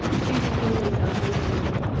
shooty killed himself in villawood.